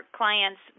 clients